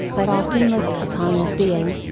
but often looked upon as being,